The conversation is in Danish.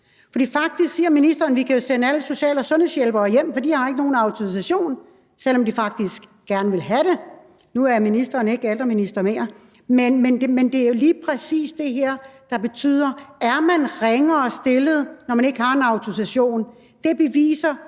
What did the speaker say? For faktisk siger ministeren, at vi kan sende alle social- og sundhedshjælpere hjem, for de har ikke nogen autorisation, selv om de faktisk gerne vil have det. Nu er ministeren ikke ældreminister mere, men det er jo lige præcis det her, der betyder, at man er ringere stillet, når man ikke har en autorisation. Det beviser